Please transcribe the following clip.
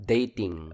Dating